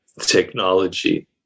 technology